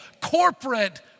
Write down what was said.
corporate